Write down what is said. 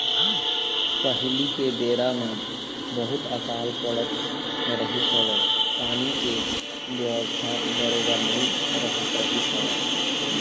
पहिली के बेरा म बहुत अकाल पड़त रहिस हवय पानी के बेवस्था बरोबर नइ रहत रहिस हवय